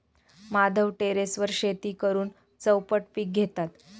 माधव टेरेसवर शेती करून चौपट पीक घेतात